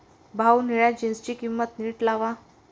भाऊ, निळ्या जीन्सची किंमत नीट लावा